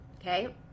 okay